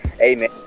Amen